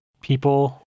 people